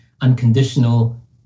unconditional